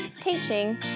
teaching